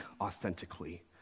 authentically